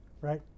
Right